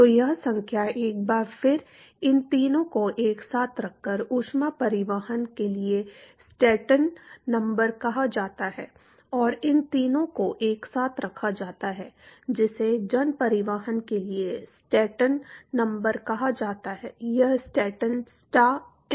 तो यह संख्या एक बार फिर इन तीनों को एक साथ रखकर ऊष्मा परिवहन के लिए स्टैंटन नंबर कहा जाता है और इन तीनों को एक साथ रखा जाता है जिसे जन परिवहन के लिए स्टैंटन नंबर कहा जाता है यह स्टैंटन स्टा एन है